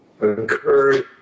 occurred